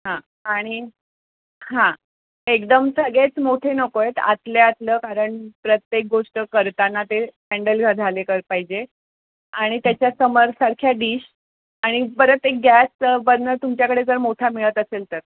हां आणि हां एकदम सगळेच मोठे नको आहेत आतले आतले कारण प्रत्येक गोष्ट करताना ते हँडल झाले तर पाहिजे आणि त्याच्या समानसारख्या डिश आणि परत एक गॅस बर्नर तुमच्याकडे जर मोठा मिळत असेल तर